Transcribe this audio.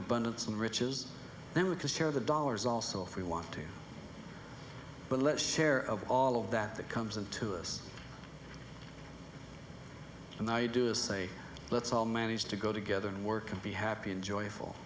riches then we can share the dollars also if we want to but let share of all of that that comes into us and i do is say let's all manage to go together and work and be happy and joy